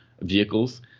vehicles